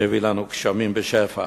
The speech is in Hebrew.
שיביא לנו גשמים בשפע.